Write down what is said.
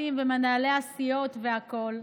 היועצים ומנהלי הסיעות וכולם.